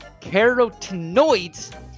carotenoids